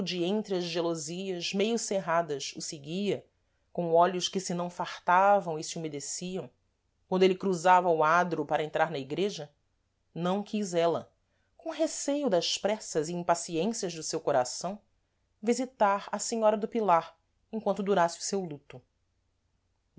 entre as gelosias meio cerradas o seguia com olhos que se não fartavam e se humedeciam quando êle cruzava o adro para entrar na igreja não quis ela com receio das pressas e impaciências do seu coração visitar a senhora do pilar emquanto durasse o seu luto